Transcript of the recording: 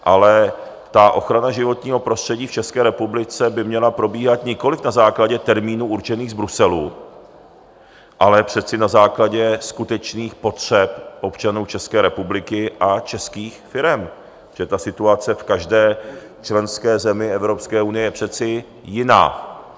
Ale ochrana životního prostředí v České republiky by měla probíhat nikoliv na základě termínů určených z Bruselu, ale na základě skutečných potřeb občanů České republiky a českých firem, protože situace v každé členské zemi Evropské unie je přece jiná.